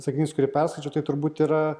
sakinys kurį perskaičiau tai turbūt yra